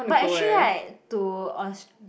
but actually right to aus~